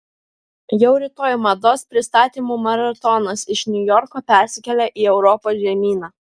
jau rytoj mados pristatymų maratonas iš niujorko persikelia į europos žemyną